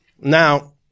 Now